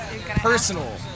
personal